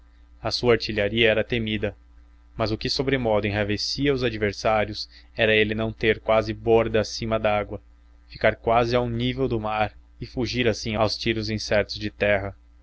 a sua artilharia era temida mas o que sobremodo enraivecia os adversários era ele não ter quase borda acima dágua ficar quase ao nível do mar e fugir assim aos tiros incertos de terra